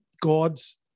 God's